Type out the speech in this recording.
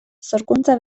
sorkuntza